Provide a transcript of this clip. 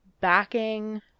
backing